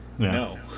No